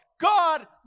God